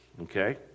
Okay